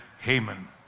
Haman